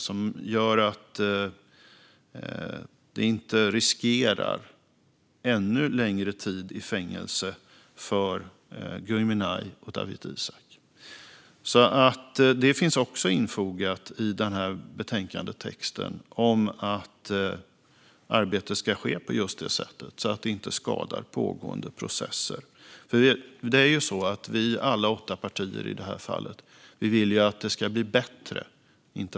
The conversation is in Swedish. Man får ju inte riskera ännu längre tid i fängelse för Gui Minhai och Dawit Isaak. Att arbetet ska ske på ett sätt som inte skadar pågående processer finns också infogat i betänkandetexten. Alla vi åtta partier vill att det ska bli bättre, inte sämre.